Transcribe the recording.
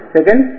Second